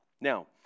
Now